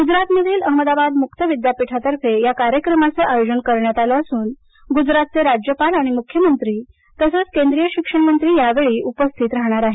गुजरातमधील अहमदाबाद मुक्त विद्यापीठातफें या कार्यक्रमाचे आयोजन करण्यात आलं असून गुजरातचे राज्यपाल आणि मुख्यमंत्री तसेच केंद्रीय शिक्षण मंत्री यावेळी उपस्थित राहणार आहेत